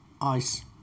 Ice